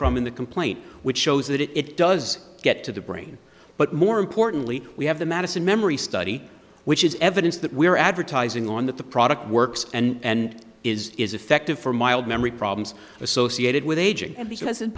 from in the complaint which shows that it does get to the brain but more importantly we have the madison memory study which is evidence that we are advertising on that the product works and is is effective for mild memory problems associated with aging and because